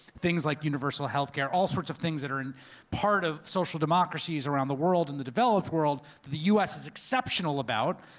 things like universal healthcare, all sorts of things that are and part of social democracies around the world and the developed world that the us is exceptional about.